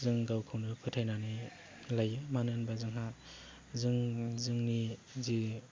जों गावखौनो फोथायनानै लायो मानो होनोबा जोंहा जों जोंनि जि